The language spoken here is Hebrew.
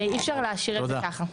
אי אפשר להשאיר את זה ככה.